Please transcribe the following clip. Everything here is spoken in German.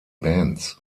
bands